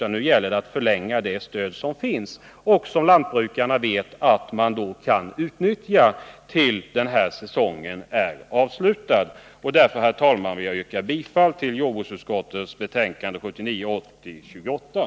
Nu gäller det att förlänga det stöd som finns och som lantbrukarna vet att de kan utnyttja tills den här säsongen är avslutad. Därför, herr talman, vill jag yrka bifall till jordbruksutskottets hemställan.